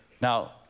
Now